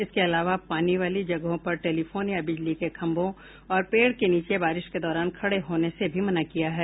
इसके अलावा पानी वाली जगहों पर टेलिफोन या बिजली के खंभों और पेड़ के नीचे बारिश के दौरान खड़े होने से भी मना किया गया है